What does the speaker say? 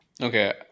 Okay